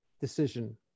decision